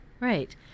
right